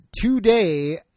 today